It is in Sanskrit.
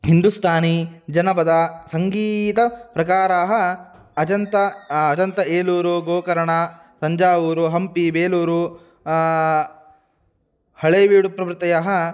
हिन्दुस्तानी जनपदसङ्गीतप्रकाराः अजन्तम् अजन्त एलूरु गोकरण तञ्जावूरु हम्पि बेलूरु हळेबीडु प्रभृतयः